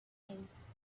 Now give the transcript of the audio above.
things